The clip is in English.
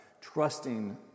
trusting